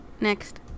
Next